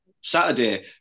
Saturday